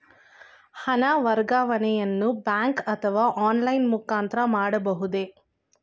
ಹಣ ವರ್ಗಾವಣೆಯನ್ನು ಬ್ಯಾಂಕ್ ಅಥವಾ ಆನ್ಲೈನ್ ಮುಖಾಂತರ ಮಾಡಬಹುದೇ?